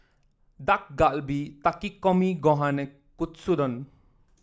Dak Galbi Takikomi Gohan and Katsudon